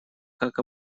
как